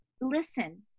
listen